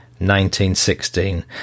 1916